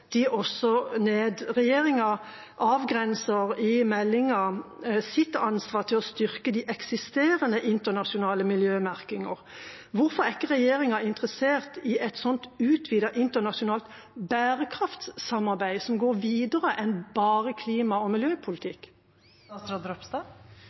også ned. Regjeringa avgrenser i meldinga sitt ansvar til å styrke de eksisterende internasjonale miljømerkingene. Hvorfor er ikke regjeringa interessert i et utvidet internasjonalt bærekraftssamarbeid som går videre enn bare klima- og